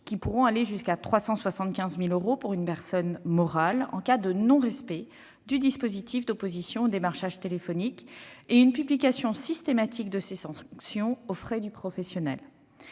pourront aller jusqu'à 375 000 euros pour une personne morale en cas de non-respect du dispositif d'opposition au démarchage téléphonique. Ces sanctions seront systématiquement publiées aux frais du professionnel.